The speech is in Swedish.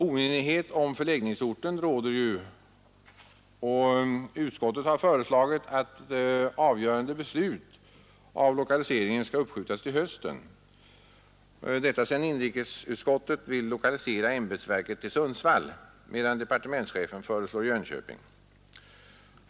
Oenighet om förläggningsorten råder ju, och utskottet har föreslagit att avgörande beslut om lokaliseringen skall uppskjutas till hösten, detta sedan inrikesutskottet velat lokalisera ämbetsverket till Sundsvall, medan departementschefen föreslagit Jönköping.